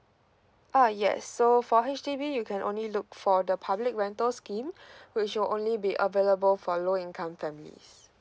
uh yes so for H_D_B you can only look for the public rental scheme which will only be available for low income families